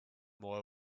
more